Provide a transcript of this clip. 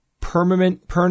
permanent –